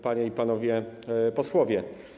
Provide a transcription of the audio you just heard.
Panie i Panowie Posłowie!